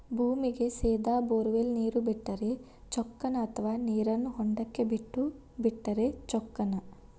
ಭೂಮಿಗೆ ಸೇದಾ ಬೊರ್ವೆಲ್ ನೇರು ಬಿಟ್ಟರೆ ಚೊಕ್ಕನ ಅಥವಾ ನೇರನ್ನು ಹೊಂಡಕ್ಕೆ ಬಿಟ್ಟು ಬಿಟ್ಟರೆ ಚೊಕ್ಕನ?